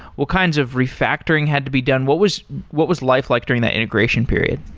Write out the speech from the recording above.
what kinds of re-factoring had to be done? what was what was life like during that integration period?